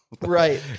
right